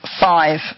five